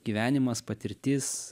gyvenimas patirtis